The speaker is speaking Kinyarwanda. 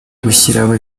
gushyiraho